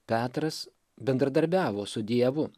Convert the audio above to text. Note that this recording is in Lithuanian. petras bendradarbiavo su dievu